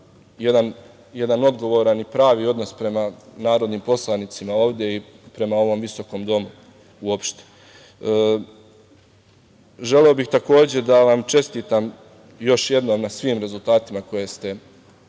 jedan odgovoran i pravi odnos prema narodnim poslanicima ovde i prema ovom visokom domu uopšte. Želeo bih takođe da vam čestitam još jednom na svim rezultatima koje ste